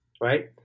right